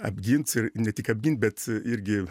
apgint ir ne tik apgint bet irgi